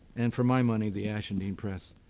and for my money, the ashendene press